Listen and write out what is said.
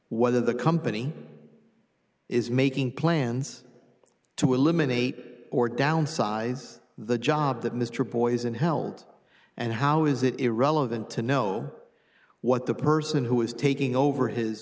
whether the company is making plans to eliminate or downsize the job that mr boies in held and how is it irrelevant to know what the person who is taking over his